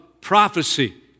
prophecy